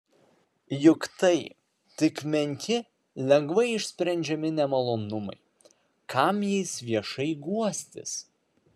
juk tai tik menki lengvai išsprendžiami nemalonumai kam jais viešai guostis